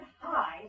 hi